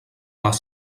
les